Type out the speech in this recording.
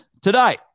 Today